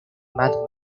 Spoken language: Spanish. mad